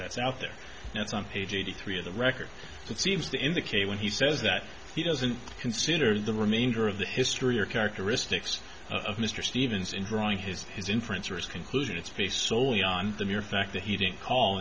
that's out there that's on page eighty three of the record that seems to indicate when he says that he doesn't consider the remainder of the history or characteristics of mr stevens in drawing his his inference or his conclusion it's based soley on the mere fact that he didn't call